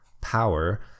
power